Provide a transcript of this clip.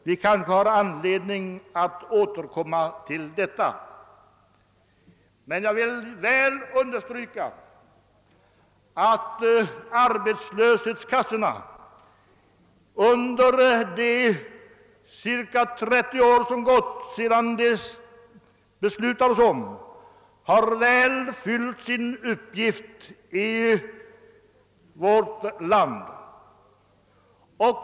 Vi kanske får anledning att återkomma till den frågan. Men jag vill understryka att arbetslöshetskassorna under de cirka 30 år som gått sedan man beslutade om dem har fyllt sin uppgift väl.